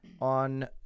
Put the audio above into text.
on